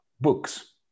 books